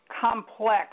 complex